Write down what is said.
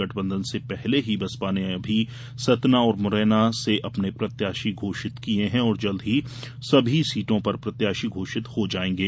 गठबंधन से पहले ही बसपा ने अभी सतना और मुरैना से अपने प्रत्याशी घोषित किए हैं और जल्द ही सभी सीटों पर प्रत्याशियों घोषित हो जाएंगे